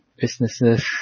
businesses